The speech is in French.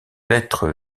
lettre